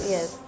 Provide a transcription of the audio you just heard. Yes